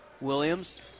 Williams